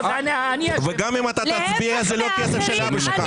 אבל גם אם אתה תצביע זה לא כסף של אבא שלך.